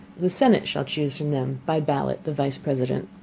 the senate shall chuse from them by ballot the vice president.